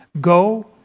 Go